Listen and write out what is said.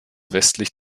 westlich